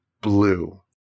blue